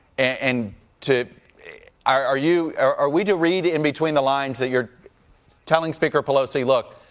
and to are you are we to read in between the lines that you're telling speaker pelosi, look,